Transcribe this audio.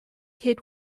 hit